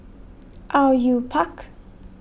Au Yue Pak